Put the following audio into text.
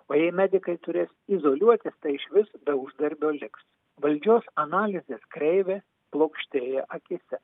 o jei medikai turės izoliuotis tai išvis be uždarbio liks valdžios analizės kreivė plokštėja akyse